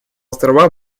острова